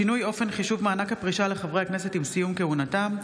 1. שינוי אופן חישוב מענק הפרישה לחברי הכנסת עם סיום כהונתם,